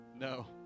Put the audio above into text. No